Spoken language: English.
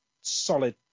solid